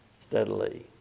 steadily